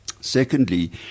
Secondly